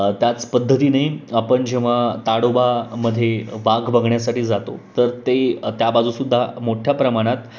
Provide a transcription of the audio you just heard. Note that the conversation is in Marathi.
त्याच पद्धतीने आपण जेव्हा ताडोबामध्ये वाघ बघण्यासाठी जातो तर ते त्या बाजू सुद्धा मोठ्या प्रमाणात